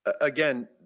Again